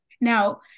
Now